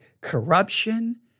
Corruption